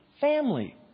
family